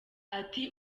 ati